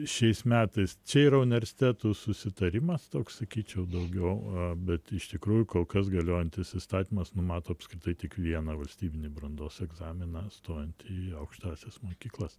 šiais metais čia yra universitetų susitarimas toks sakyčiau daugiau bet iš tikrųjų kol kas galiojantis įstatymas numato apskritai tik vieną valstybinį brandos egzaminą stojant į aukštąsias mokyklas